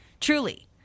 Truly